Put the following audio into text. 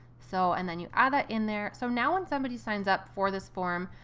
so and then you add that in there. so now when somebody signs up for this form,